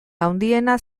handiena